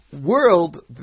world